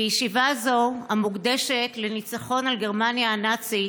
בישיבה זו, המוקדשת לניצחון על גרמניה הנאצית,